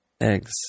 eggs